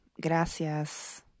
Gracias